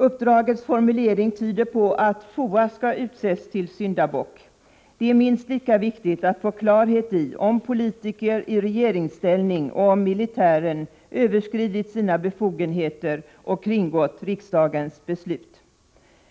Uppdragets formulering tyder på att FOA skall utses till syndabock. Det är minst lika viktigt att få klarhet i om politiker i regeringsställning och militären överskridit sina befogenheter och kringgått riksdagens beslut.